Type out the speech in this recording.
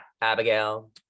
abigail